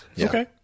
Okay